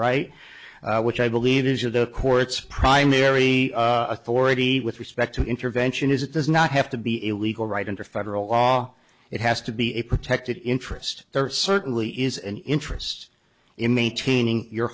right which i believe is of the court's primary authority with respect to intervention is it does not have to be illegal right under federal law it has to be a protected interest there certainly is an interest in maintaining your